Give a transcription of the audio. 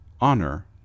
honor